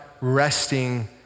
resting